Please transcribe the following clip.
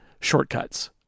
shortcuts